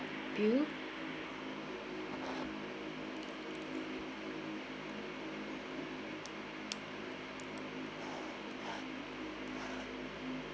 you